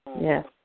Yes